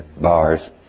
bars